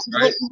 Right